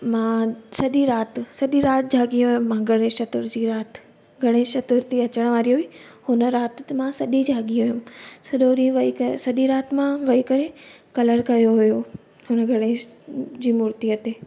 मां सॼी राति सॼी राति जागी हुयमि मां गणेश चतुर्थी राति गणेश चतुर्थी अचनि वारी हुई हुन राति त मां सॼी जागी हुयमि सॼो ॾींहुं वेही करे सॼी राति मां वेही करे कलर कयो हुयो हुन गणेश जी मुर्तीअ ते